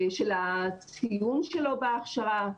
של הציון שלו בהכשרה.